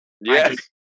Yes